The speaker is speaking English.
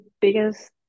biggest